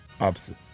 Opposite